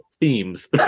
themes